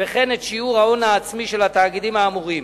וכן את שיעור ההון העצמי של התאגידים האמורים.